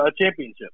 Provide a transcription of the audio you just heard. championship